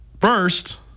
First